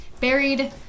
buried